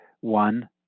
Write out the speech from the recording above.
One